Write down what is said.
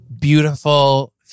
beautiful